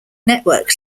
network